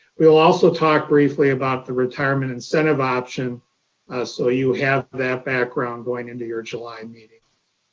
we will also talk briefly about the retirement incentive option so you have that background going into your july meeting.